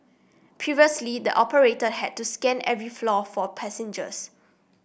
previously the operator had to scan every floor for passengers